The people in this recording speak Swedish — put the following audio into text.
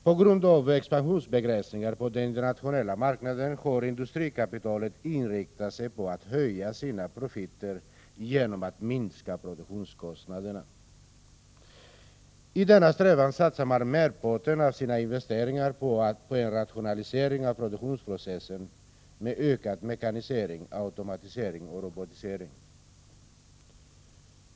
På grund av expansionsbegränsningar på den internationella marknaden har industrikapitalet inriktat sig på att höja sina profiter genom att minska produktionskostnaderna. I denna strävan satsar man merparten av sina investeringar på en rationalisering av produktionsprocessen med ökad mekanisering, automatisering och robotisering.